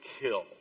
kill